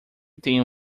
tenho